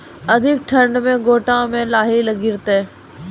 अधिक ठंड मे गोटा मे लाही गिरते?